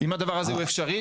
אם הדבר הזה הוא אפשרי.